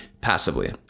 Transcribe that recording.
Passively